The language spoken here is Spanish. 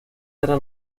eras